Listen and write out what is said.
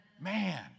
Man